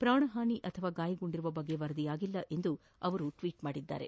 ಪ್ರಾಣಹಾನಿ ಅಥವಾ ಗಾಯಗೊಂಡಿರುವ ಬಗ್ಗೆ ವರದಿಯಾಗಿಲ್ಲ ಎಂದು ಅವರು ಟ್ವೀಟ್ ಮಾಡಿದ್ದಾರೆ